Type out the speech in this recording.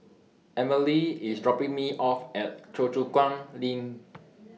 Amelie IS dropping Me off At Choa Chu Kang LINK